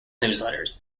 newsletters